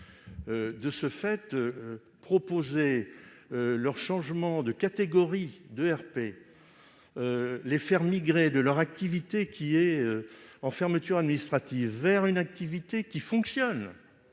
leur proposer un changement de catégorie d'ERP, les faire migrer de leur activité, qui subit une fermeture administrative, vers une activité qui fonctionne,